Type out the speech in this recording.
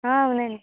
అవునండి